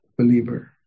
believer